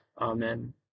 Amen